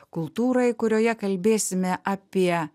kultūrai kurioje kalbėsime apie